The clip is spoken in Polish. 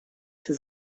się